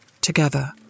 together